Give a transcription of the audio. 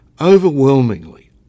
Overwhelmingly